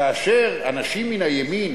כאשר אנשים מהימין